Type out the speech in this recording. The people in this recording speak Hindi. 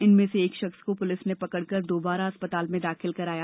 इनमें से एक शख्स को पुलिस ने पकड़कर दोबारा अस्पताल में दाखिल कराया